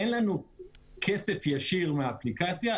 אין לנו כסף ישיר מהאפליקציה,